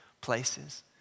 places